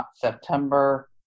September